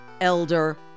elder